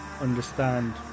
understand